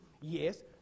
Yes